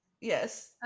yes